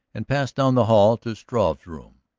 and passed down the hall to struve's room.